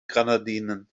grenadinen